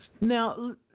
Now